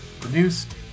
produced